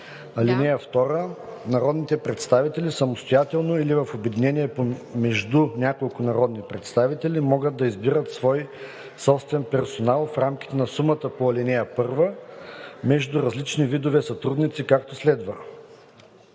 (2) Народните представители, самостоятелно или в обединение между няколко народни представители, могат да избират свой собствен персонал, в рамките на сумата по ал. 1, между различни видове сътрудници, както следва: